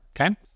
okay